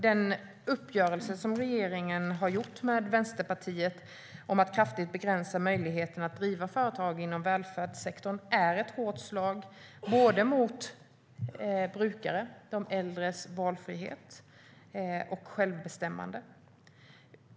Den uppgörelse som regeringen har gjort med Vänsterpartiet om att kraftigt begränsa möjligheterna att driva företag inom välfärdssektorn är ett hårt slag mot brukare och de äldres valfrihet och självbestämmande.